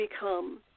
become